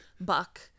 buck